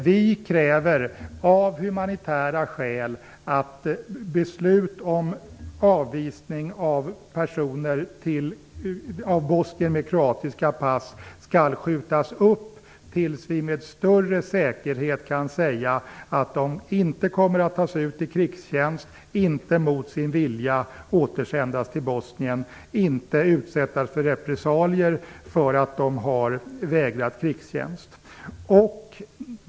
Vi kräver av humanitära skäl att beslut om avvisning av bosnier med kroatiska pass skall skjutas upp tills vi med större säkerhet kan säga att de inte kommer att tas ut i krigstjänst, inte mot sin vilja återsändas till Bosnien och inte utsättas för repressalier för att de har vägrat krigstjänst.